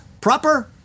proper